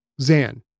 Zan